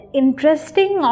interesting